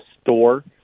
store